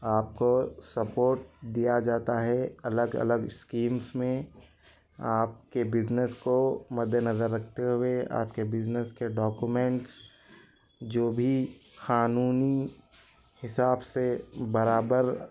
آپ کو سپورٹ دیا جاتا ہے الگ الگ اسکیمس میں آپ کے بزنیس کو مدِّنظر رکھتے ہوئے آپ کے بزنیس کے ڈاکیومینٹس جو بھی قانونی حساب سے برابر